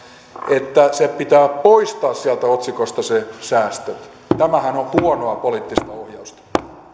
että pitää poistaa sieltä otsikosta se säästö tämähän on huonoa poliittista ohjausta